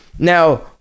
Now